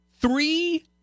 three